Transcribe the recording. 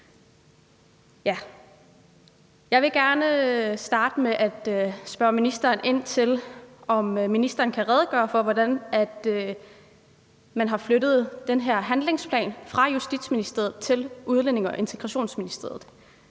Jeg vil gerne starte med at spørge ministeren, om ministeren kan redegøre for, at man har flyttet den her handlingsplan fra Justitsministeriet til Udlændinge- og Integrationsministeriet.